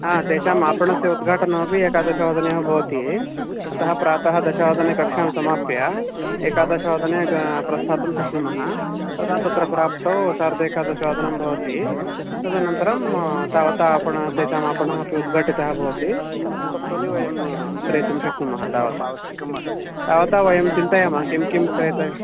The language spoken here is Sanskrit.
हा तेषाम् आपणस्य उद्घाटनमपि एकादशवादने एव भवति अतः प्रातः दशवादने कक्षां समाप्य एकादशवादने प्रस्तातुं शक्नुमः तदा तत्र प्राप्तौ सार्ध एकादशवादनं भवति तदनन्तरं तावता आपणः तेषां आपणः अपि उद्घाटितः भवति वस्तूनि वयं क्रेतुं शक्नुमः तावता तावता वयं चिन्तयामः किं किं क्रेत